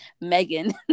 megan